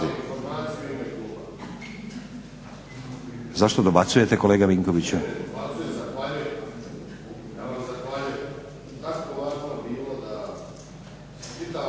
Zašto dobacujete kolega Vinkoviću?